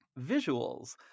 Visuals